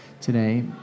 today